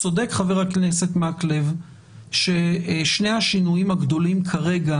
צודק חבר הכנסת מקלב ששני השינויים הגדולים כרגע